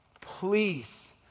Please